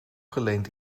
geleend